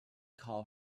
call